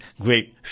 Great